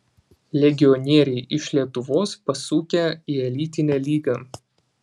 legionieriai iš lietuvos pasukę į elitinę lygą